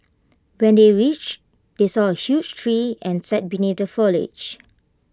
when they reached they saw A huge tree and sat beneath the foliage